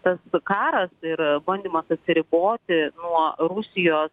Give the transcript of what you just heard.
tas karas ir bandymas atsiriboti nuo rusijos